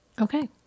Okay